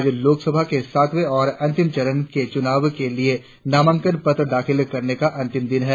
आज लोकसभा के सातवें और अंतिम चरण के चुनाव के लिए नामांकन पत्र दाखिल करने का अंतिम दिन है